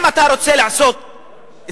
אם אתה רוצה לעשות צדק,